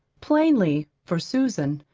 plainly, for susan,